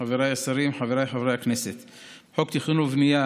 חבר הכנסת ג'אבר עסאקלה, מוותר,